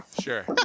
Sure